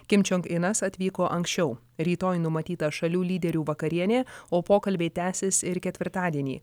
kim čiong inas atvyko anksčiau rytoj numatyta šalių lyderių vakarienė o pokalbiai tęsis ir ketvirtadienį